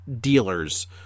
dealers